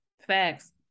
Facts